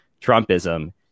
Trumpism